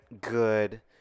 good